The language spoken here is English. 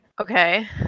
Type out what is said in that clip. Okay